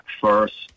first